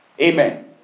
Amen